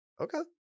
Okay